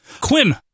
Quinn